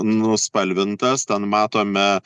nuspalvintas ten matome